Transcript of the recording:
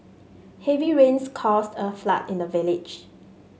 heavy rains caused a flood in the village